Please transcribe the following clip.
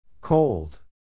Cold